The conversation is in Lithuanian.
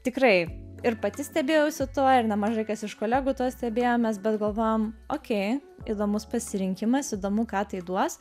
tikrai ir pati stebėjausi tuo ir nemažai kas iš kolegų tuo stebėjomės bet galvojom okei įdomus pasirinkimas įdomu ką tai duos